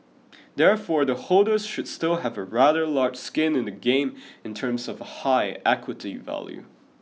therefore the holders should still have a rather large skin in the game in terms of a high equity value